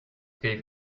gave